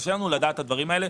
קשה לנו לדעת את הדברים האלה.